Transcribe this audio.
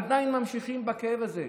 עדיין מרגישים את הכאב הזה.